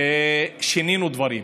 ושינינו דברים.